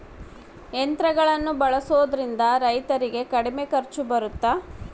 ಯಂತ್ರಗಳನ್ನ ಬಳಸೊದ್ರಿಂದ ರೈತರಿಗೆ ಕಡಿಮೆ ಖರ್ಚು ಬರುತ್ತಾ?